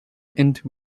into